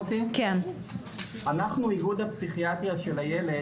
אנחנו איגוד הפסיכיאטריה של הילד,